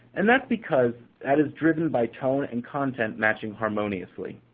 and that's because that is driven by tone and content matching harmoniously.